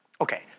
Okay